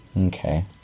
Okay